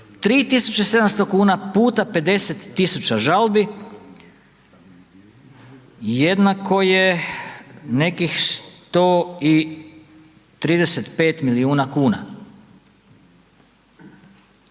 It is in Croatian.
3.700 kuna puta 50.000 žalbi jednako je nekih 135 milijuna kuna.